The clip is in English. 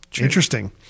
Interesting